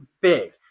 big